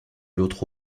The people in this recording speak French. l’autre